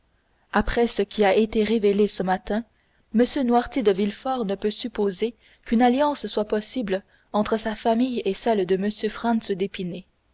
après ce qui a été révélé ce matin m noirtier de villefort ne peut supposer qu'une alliance soit possible entre sa famille et celle de m franz